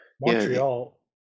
Montreal